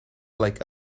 like